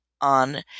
on